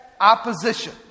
opposition